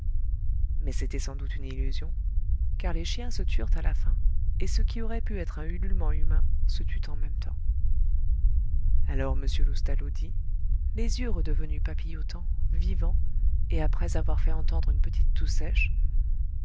mais c'était sans doute une illusion car les chiens se turent à la fin et ce qui aurait pu être un ululement humain se tut en même temps alors m loustalot dit les yeux redevenus papillotants vivants et après avoir fait entendre une petite toux sèche